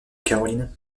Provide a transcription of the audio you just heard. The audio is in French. caroline